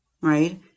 Right